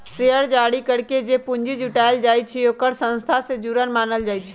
share जारी करके जे पूंजी जुटाएल जाई छई ओकरा संस्था से जुरल मानल जाई छई